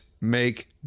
make